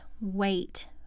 wait